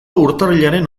urtarrilaren